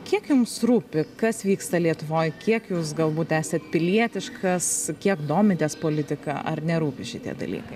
kiek jums rūpi kas vyksta lietuvoj kiek jūs galbūt esat pilietiškas kiek domitės politika ar nerūpi šitie dalykai